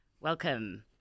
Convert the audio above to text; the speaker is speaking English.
Welcome